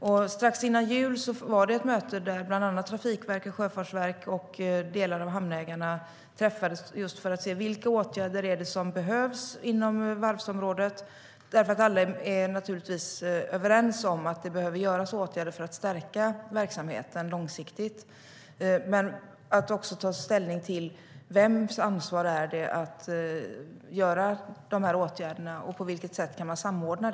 Strax för jul var det ett möte där bland annat Trafikverket, Sjöfartsverket och vissa av hamnägarna träffades just för att se vilka åtgärder som behövs inom varvsområdet, därför att alla naturligtvis är överens om att det behöver vidtas åtgärder för att stärka verksamheten långsiktigt. Men de skulle också ta ställning till vems ansvar det är att vidta dessa åtgärder och på vilket sätt detta kan samordnas.